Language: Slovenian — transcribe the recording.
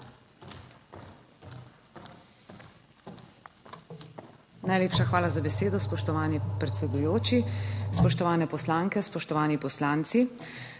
Najlepša hvala za besedo, spoštovani predsedujoči. Spoštovane poslanke, spoštovani poslanci.